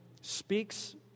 speaks